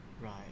Right